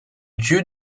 dieu